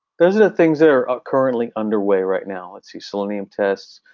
those are the things that are currently underway right now. let's see, selenium tests,